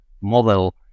model